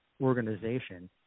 organization